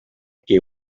che